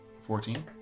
Fourteen